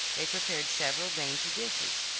they prepared several dainty dishes.